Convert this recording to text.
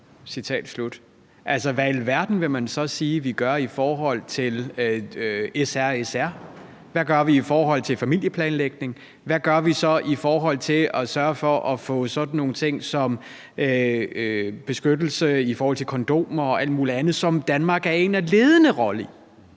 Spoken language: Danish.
hvad i alverden vil man så sige vi gør i forhold til SRSR? Hvad gør vi i forhold til familieplanlægning? Hvad gør vi så i forhold til at sørge for, at man kan få sådan nogle ting som beskyttelse i form af kondomer og alt muligt andet, som Danmark har en ledende rolle i?